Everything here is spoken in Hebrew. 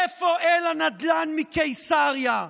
איפה איל הנדל"ן מקיסריה?